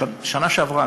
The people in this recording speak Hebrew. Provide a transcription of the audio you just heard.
שנה שעברה,